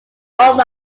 owned